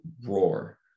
roar